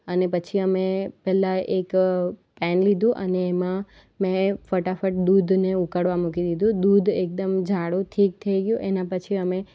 અને પછી અમે પહેલાં એક પેન લીધું અને એમાં મેં ફટાફટ દૂધને ઉકાળવા મૂકી દીધું દૂધ એકદમ જાડું થીક થઈ ગયું એના પછી અમે